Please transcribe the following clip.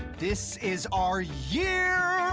this is our year!